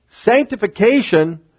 sanctification